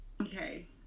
Okay